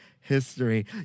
history